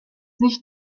sich